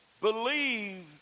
Believe